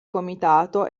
comitato